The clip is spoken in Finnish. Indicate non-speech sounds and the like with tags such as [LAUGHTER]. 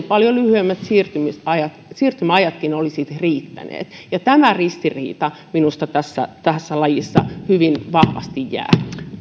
[UNINTELLIGIBLE] paljon lyhyemmät siirtymäajat olisivat riittäneet tämä ristiriita minusta tässä tässä laissa hyvin vahvasti jää